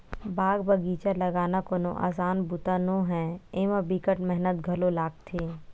बाग बगिचा लगाना कोनो असान बूता नो हय, एमा बिकट मेहनत घलो लागथे